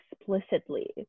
explicitly